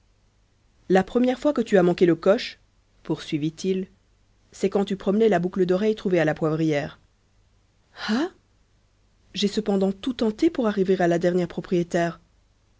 la première fois que tu as manqué le coche poursuivit-il c'est quand tu promenais la boucle d'oreille trouvée à la poivrière ah j'ai cependant tout tenté pour arriver à la dernière propriétaire